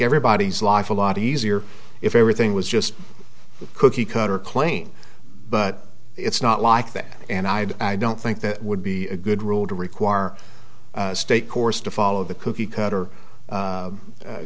everybody's life a lot easier if everything was just a cookie cutter claim but it's not like that and i don't think that would be a good rule to require state course to follow the cookie cutter